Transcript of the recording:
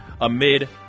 amid